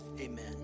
amen